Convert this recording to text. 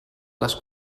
les